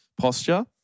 posture